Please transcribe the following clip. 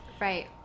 Right